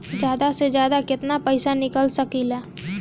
जादा से जादा कितना पैसा निकाल सकईले?